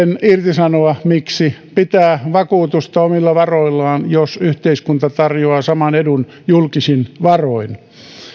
irtisanoa miksi pitää vakuutusta omilla varoillaan jos yhteiskunta tarjoaa saman edun julkisin varoin